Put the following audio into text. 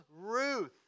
Ruth